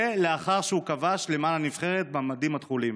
ולאחר שהוא כבש למען הנבחרת במדים התכולים.